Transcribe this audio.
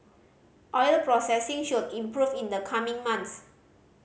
oil processing should improve in the coming months